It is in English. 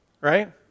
right